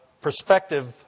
perspective